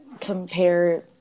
compare